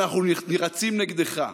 אנחנו רצים נגדך,